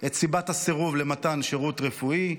את סיבת הסירוב למתן שירות רפואי,